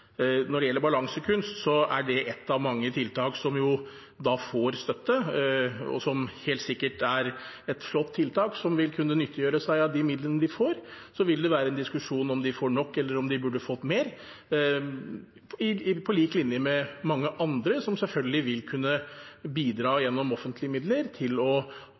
Når det gjelder Balansekunst, er det ett av mange tiltak som får støtte, og som helt sikkert er et flott tiltak som vil kunne nyttiggjøre seg av de midlene de får. Det vil være en diskusjon om de får nok, eller om de burde fått mer – på lik linje med mange andre som gjennom offentlige midler selvfølgelig vil kunne bidra til å